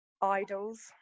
idols